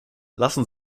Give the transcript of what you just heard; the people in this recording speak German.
lassen